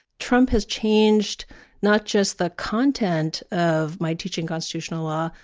trump has changed not just the content of my teaching constitutional law,